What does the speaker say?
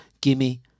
Gimme